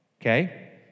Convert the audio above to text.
okay